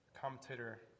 Commentator